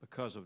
because of